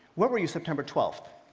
where were you september twelfth?